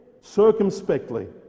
circumspectly